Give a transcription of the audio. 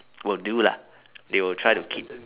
will do lah they will try to keep